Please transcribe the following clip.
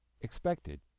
expected